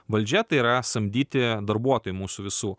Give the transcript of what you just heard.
valdžia tai yra samdyti darbuotojai mūsų visų